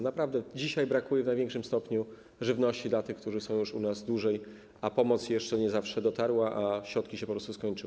Naprawdę, dzisiaj brakuje w największym stopniu żywności dla tych, którzy są już u nas dłużej, a pomoc jeszcze nie zawsze dotarła, a środki się po prostu skończyły.